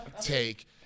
take